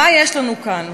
מה יש לנו כאן?